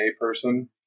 person